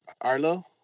arlo